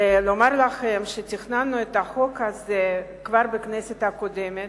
ולומר לכם שתכננו את החוק הזה כבר בכנסת הקודמת,